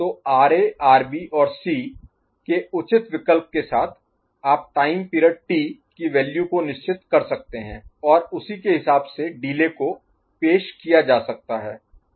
तो R A R B और C के उचित विकल्प के साथ आप टाइम पीरियड टी की वैल्यू को निश्चित कर सकते हैं और उसी के हिसाब से डिले को पेश किया जा सकता है